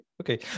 Okay